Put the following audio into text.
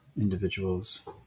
individuals